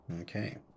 Okay